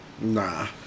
Nah